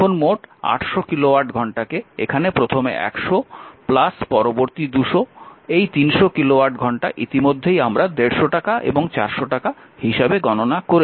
এখন মোট 800 কিলোওয়াট ঘন্টাকে এখানে প্রথম 100 পরবর্তী 200 এই 300 কিলোওয়াট ঘন্টা ইতিমধ্যেই আমরা 150 টাকা এবং 400 টাকা হিসাবে গণনা করেছি